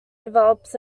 develops